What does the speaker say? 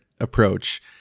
approach